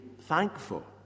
thankful